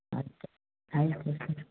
ಆಯಿತು ಆಯಿತು ಸರ್